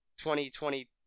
2020